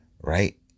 right